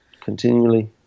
continually